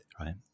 right